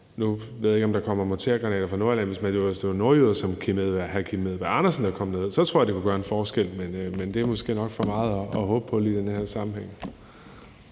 Nu ved jeg ikke, om der kommer mortérgranater fra Nordjylland, men hvis det var nordjyder som hr. Kim Edberg Andersen, der kom derned, tror jeg det kunne gøre en forskel. Men det er måske nok for meget at håbe på lige i den her sammenhæng.